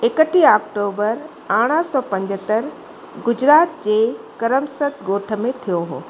एकटीह ऑक्टूबर अरड़हां सौ पंजहतरि गुजरात जे करमसत जे ॻोठ में थियो हो